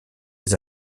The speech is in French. les